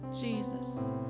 Jesus